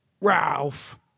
ralph